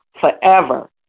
forever